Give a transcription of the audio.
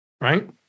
Right